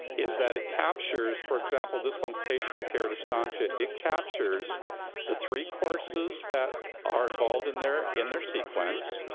is that it captures, for example this one s patient care at estancia, it captures the three courses that are involved in their in their sequence.